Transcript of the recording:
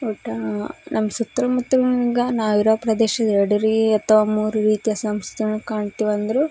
ಒಟ್ಟು ನಮ್ಮ ಸುತ್ತಮುತ್ತಲ್ನಂಗ ನಾವು ಇರೋ ಪ್ರದೇಶ ರೆಅದು ರೀ ಅಥವಾ ಮೂರು ರೀತಿಯ ಸಂಸ್ತಿಗಳನ್ನು ಕಾಣ್ತೀವಿ ಅಂದರೂ